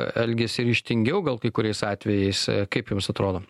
elgiasi ryžtingiau gal kai kuriais atvejais kaip jums atrodo